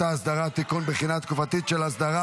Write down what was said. האסדרה (תיקון) (בחינה תקופתית של אסדרה